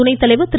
துணைத்தலைவர் திரு